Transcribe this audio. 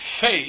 faith